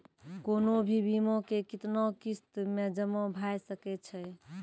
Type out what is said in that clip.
कोनो भी बीमा के कितना किस्त मे जमा भाय सके छै?